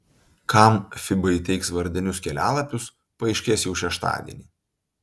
kam fiba įteiks vardinius kelialapius paaiškės jau šeštadienį